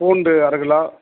பூண்டு அரை கிலோ